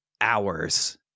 hours